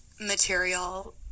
material